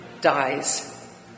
dies